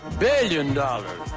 billion dollars